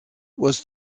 was